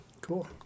Cool